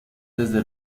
desde